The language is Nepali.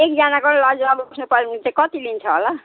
एकजनाको लजमा बस्नुपऱ्यो भने चाहिँ कति लिन्छ होला